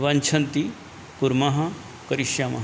वाञ्छन्ति कुर्मः करिष्यामः